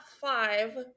five